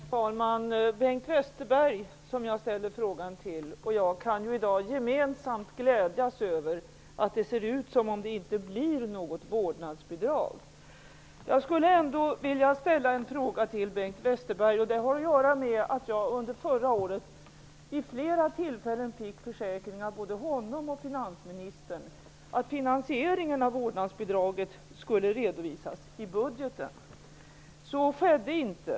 Herr talman! Bengt Westerberg, som jag riktar min fråga till, och jag kan i dag gemensamt glädjas över att det ser ut som om det inte blir något vårdnadsbidrag. Jag vill ändå ställa en fråga till Bengt Westerberg, och den har att göra med att jag under förra året vid flera tillfällen fick försäkringar av både honom och finansministern om att finansieringen av vårdnadsbidraget skulle redovisas i budgeten. Så skedde inte.